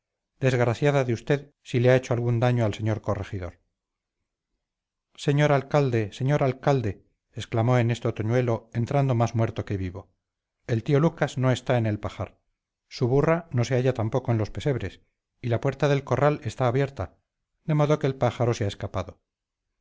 desgraciada de usted si le ha hecho algún daño al señor corregidor señor alcalde señor alcalde exclamó en esto toñuelo entrando más muerto que vivo el tío lucas no está en el pajar su burra no se halla tampoco en los pesebres y la puerta del corral está abierta de modo que el pájaro se ha escapado